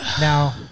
Now